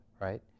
right